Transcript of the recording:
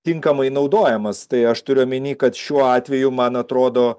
tinkamai naudojamas tai aš turiu omeny kad šiuo atveju man atrodo